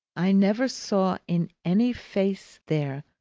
i never saw in any face there,